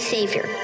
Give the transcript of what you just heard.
Savior